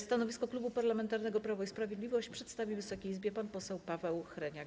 Stanowisko Klubu Parlamentarnego Prawo i Sprawiedliwość przedstawi Wysokiej Izbie pan poseł Paweł Hreniak.